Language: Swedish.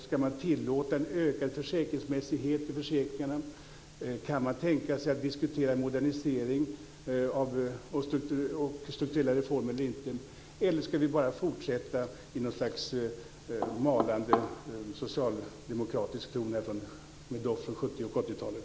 Ska man tillåta en ökad försäkringsmässighet i försäkringarna? Kan man tänka sig att diskutera en modernisering och strukturella reformer eller inte? Eller ska vi bara fortsätta i något slags malande socialdemokratisk ton från 70 och 80-talet?